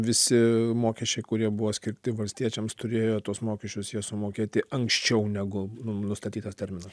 visi mokesčiai kurie buvo skirti valstiečiams turėjo tuos mokesčius jie sumokėti anksčiau negu nustatytas terminas